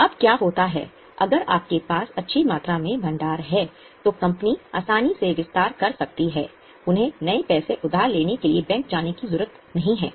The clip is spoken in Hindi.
अब क्या होता है अगर आपके पास अच्छी मात्रा में भंडार है तो कंपनी आसानी से विस्तार कर सकती है उन्हें नए पैसे उधार लेने के लिए बैंक जाने की जरूरत नहीं है